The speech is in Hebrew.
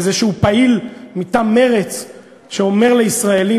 איזשהו פעיל מטעם מרצ שאומר לישראלים,